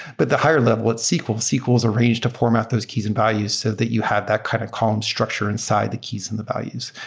but the higher level, it's sql. sql has arranged to format those keys and values so that you have that kind of calm structure inside the keys and the values.